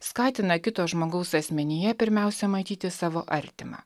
skatina kito žmogaus asmenyje pirmiausia matyti savo artimą